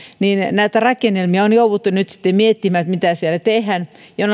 näitä rakennelmia on jouduttu nyt sitten miettimään että mitä siellä tehdään ja